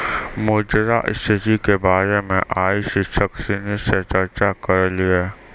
मुद्रा स्थिति के बारे मे आइ शिक्षक सिनी से चर्चा करलिए